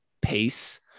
pace